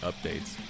updates